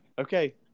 okay